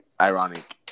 ironic